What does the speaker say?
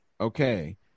Okay